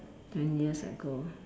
ten years ago